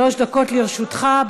שלוש דקות לרשותך.